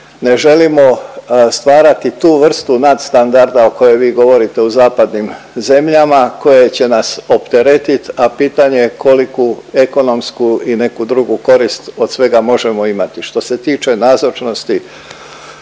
Ne želimo stvarati tu vrstu nad standarda o kojoj vi govore u zapadnim zemljama koje će nas opteretit, a pitanje je koliku ekonomsku ili neku drugu korist od svega možemo imati. Što se tiče nazočnosti